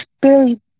barely